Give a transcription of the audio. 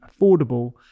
affordable